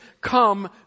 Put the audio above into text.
come